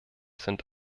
sind